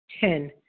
Ten